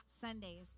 Sundays